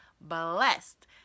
blessed